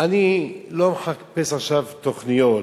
אני לא מחפש עכשיו תוכניות,